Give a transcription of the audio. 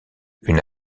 une